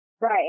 right